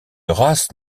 race